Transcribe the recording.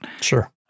Sure